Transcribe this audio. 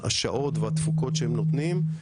השעות והתפוקות שהם נותנים.